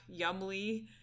Yumly